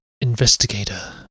investigator